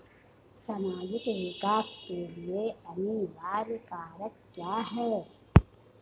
सामाजिक विकास के लिए अनिवार्य कारक क्या है?